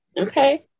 Okay